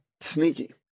Sneaky